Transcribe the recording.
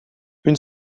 une